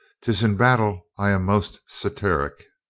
tis in battle i am most satiric,